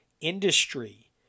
industry